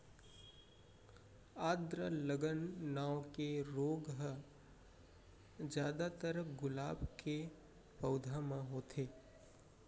आद्र गलन नांव के रोग ह जादातर गुलाब के पउधा म होथे